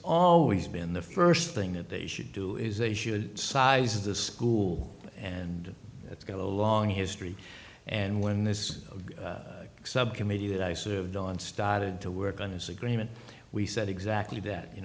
always been the first thing that they should do is they should size a school and it's got a long history and when this subcommittee that i served on started to work on this agreement we said exactly that you